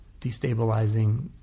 destabilizing